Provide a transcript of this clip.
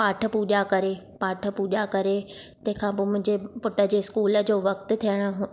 पाठ पूॼा करे पाठ पूॼा करे तंहिंखां पोइ मुंहिंजे पुट जे स्कूल जो वक़्तु थियणु